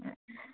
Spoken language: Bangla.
আচ্ছা